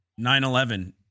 9-11